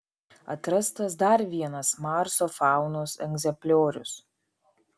atrastas dar vienas marso faunos egzempliorius